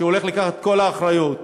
שהולך לקחת את כל האחריות עליו,